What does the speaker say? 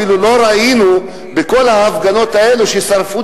אפילו לא ראינו בכל ההפגנות האלה ששרפו